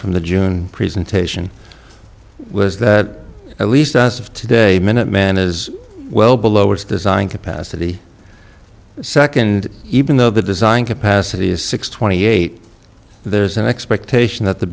from the june presentation was that at least us of today minuteman is well below its design capacity second even though the design capacity is six twenty eight there's an expectation that the